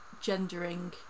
gendering